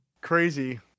crazy